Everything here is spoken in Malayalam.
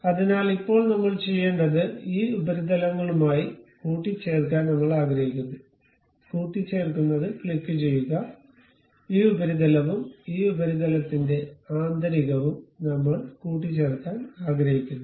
അതിനാൽ ഇപ്പോൾ നമ്മൾ ചെയ്യേണ്ടത് ഈ ഉപരിതലങ്ങളുമായി കൂട്ടിച്ചേർക്കാൻ നമ്മൾ ആഗ്രഹിക്കുന്നു കൂട്ടിച്ചേർക്കുന്നത് ക്ലിക്കുചെയ്യുക ഈ ഉപരിതലവും ഈ ഉപരിതലത്തിന്റെ ആന്തരികവും നമ്മൾ കൂട്ടിച്ചേർക്കാൻ ആഗ്രഹിക്കുന്നു